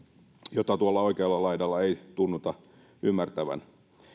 jota tuolla oikealla laidalla ei tunnuta ymmärrettävän